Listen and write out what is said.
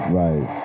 right